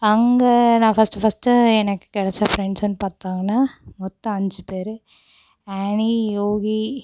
அங்கே நான் first first எனக்கு கிடச்ச ஃப்ரெண்ட்ஸுன்னு பார்த்தாங்கன்னா மொத்தம் அஞ்சு பேரு ஆனி யோகி